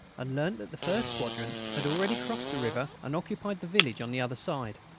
and learnt that the first squadron had already crossed the river and occupied the village on the other side.